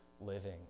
living